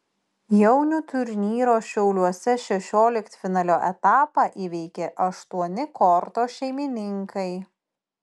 jaunių turnyro šiauliuose šešioliktfinalio etapą įveikė aštuoni korto šeimininkai